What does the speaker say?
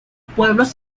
pueblos